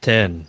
Ten